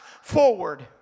forward